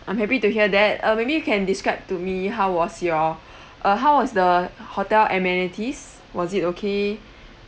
I'm happy to hear that uh maybe you can describe to me how was your uh how was the hotel amenities was it okay